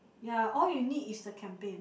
ya all you need is the campaign